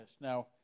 Now